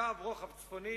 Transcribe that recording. קו רוחב צפוני.